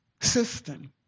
system